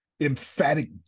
Emphatic